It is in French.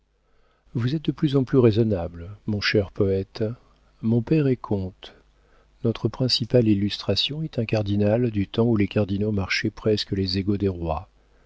vous êtes de plus en plus raisonnable mon cher poëte mon père est comte notre principale illustration est un cardinal du temps où les cardinaux marchaient presque les égaux des rois